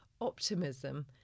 optimism